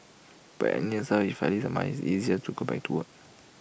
but at least now if I need money it's easier to go back to work